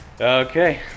Okay